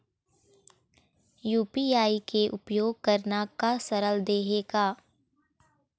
UPI के उपयोग करना का सरल देहें का?